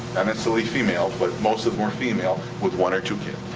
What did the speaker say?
and necessarily female, but most of them were female, with one or two kids.